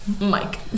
Mike